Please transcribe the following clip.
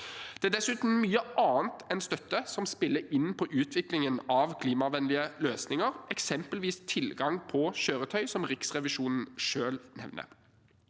Det er dessuten mye annet enn støtte som spiller inn på utviklingen av klimavennlige løsninger, eksempelvis tilgang på kjøretøy, som Riksrevisjonen selv nevner.